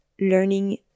learning